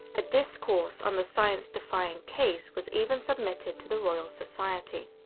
a discourse on the science-defying case was even submitted to the royal society.